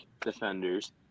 defenders